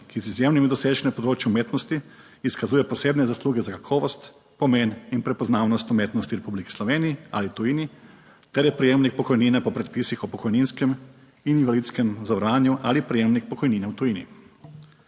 ki z izjemnimi dosežki na področju umetnosti izkazuje posebne zasluge za kakovost, pomen in prepoznavnost umetnosti v Republiki Sloveniji ali v tujini ter je prejemnik pokojnine po predpisih o pokojninskem in invalidskem zavarovanju ali prejemnik pokojnine v tujini.